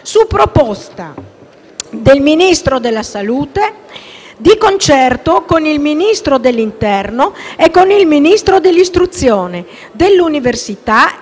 su proposta del Ministro della salute, di concerto con il Ministro dell'interno e con il Ministro dell'istruzione, dell'università